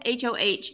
HOH